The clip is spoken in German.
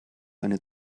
eine